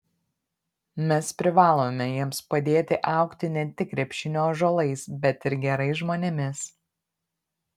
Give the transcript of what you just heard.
mes privalome jiems padėti augti ne tik krepšinio ąžuolais bet ir gerais žmonėmis